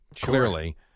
clearly